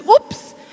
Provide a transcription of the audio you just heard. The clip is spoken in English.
Oops